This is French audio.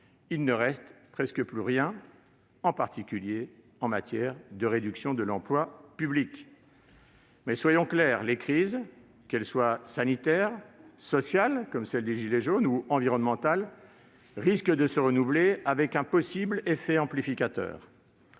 il ne reste presque plus rien, en particulier en matière de réduction de l'emploi public. Mais soyons clairs, les crises, qu'elles soient sanitaires, sociales, comme celle des « gilets jaunes », ou environnementales, risquent de se renouveler avec un possible effet amplificateur.